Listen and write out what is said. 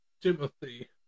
Timothy